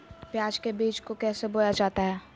प्याज के बीज को कैसे बोया जाता है?